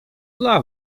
dla